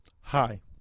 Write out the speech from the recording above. hi